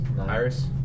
Iris